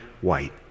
White